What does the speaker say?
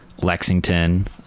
lexington